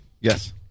Yes